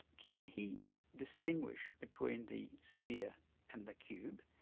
can he distinguish between the sphere and the cube,